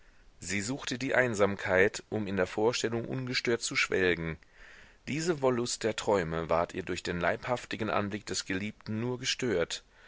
sie suchte die einsamkeit um in der vorstellung ungestört zu schwelgen diese wollust der träume ward ihr durch den leibhaftigen anblick des geliebten nur gestört